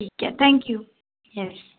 ठीक आहे thank you yes